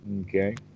Okay